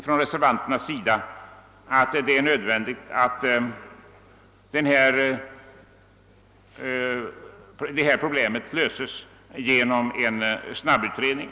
Vi reservanter anser det nödvändigt att dessa problem löses genom en snabbutredning.